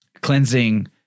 cleansing